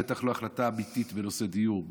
בטח לא החלטה אמיתית בנושאי דיור,